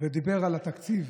ודיבר על התקציב